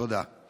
תודה.